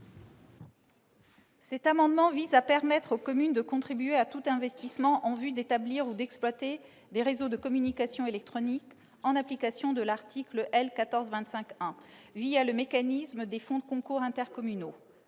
Cet amendement vise à permettre aux communes de contribuer à tout investissement en vue d'établir ou d'exploiter des réseaux de communications électroniques, en application de l'article L. 1425-1 du code général des collectivités territoriales,